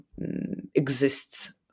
exists